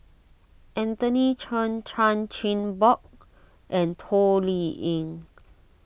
Anthony Chen Chan Chin Bock and Toh Liying